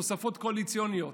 תוספות קואליציוניות,